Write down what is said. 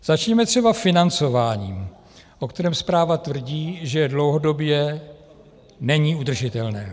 Začněme třeba financováním, o kterém zpráva tvrdí, že dlouhodobě není udržitelné.